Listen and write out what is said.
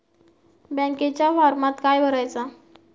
बँकेच्या फारमात काय भरायचा?